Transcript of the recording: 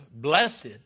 blessed